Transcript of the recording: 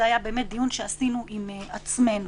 זה היה דיון שעשינו עם עצמנו.